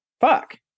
fuck